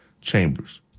chambers